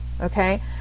Okay